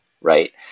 right